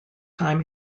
time